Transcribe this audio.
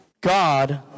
God